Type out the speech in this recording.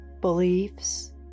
beliefs